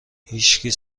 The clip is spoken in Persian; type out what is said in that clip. هیشکی